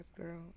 girl